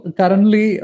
currently